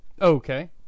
Okay